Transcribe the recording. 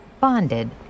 bonded